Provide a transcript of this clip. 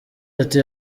ati